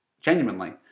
Genuinely